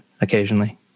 occasionally